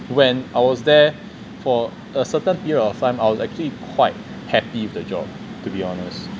when I was there for a certain period of time I was actually quite happy with the job to be honest